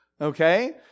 Okay